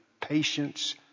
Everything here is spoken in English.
patience